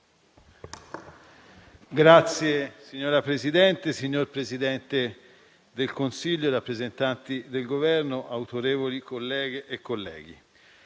*(PD)*. Signor Presidente, signor Presidente del Consiglio, rappresentanti del Governo, autorevoli colleghe e colleghi,